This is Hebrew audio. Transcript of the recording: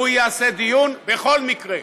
הוא יעשה דיון בכל מקרה,